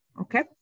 Okay